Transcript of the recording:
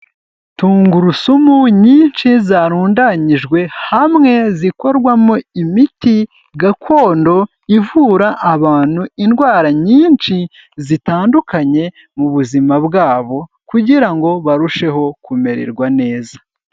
Tungurusumu nyinshi zarundanyijwe hamwe zikorwamo imiti gakondo, ivura abantu indwara nyinshi zitandukanye mu buzima bwabo, kugira ngo barusheho kumererwa neza.